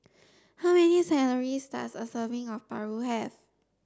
how many does a serving of Paru have